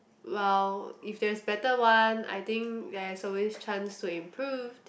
while if there's better one I think there is always chance to improve